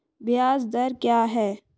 ब्याज दर क्या है?